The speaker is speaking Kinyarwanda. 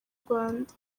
rwanda